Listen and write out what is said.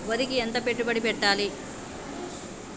వరికి ఎంత పెట్టుబడి పెట్టాలి?